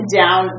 down